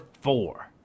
four